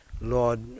Lord